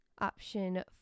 Option